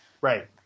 Right